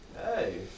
Hey